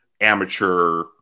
amateur